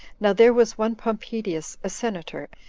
now there was one pompedius, a senator,